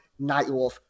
Nightwolf